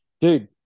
dude